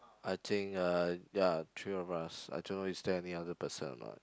I think uh ya three of us I don't know is there any other person or not